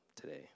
today